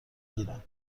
گیرم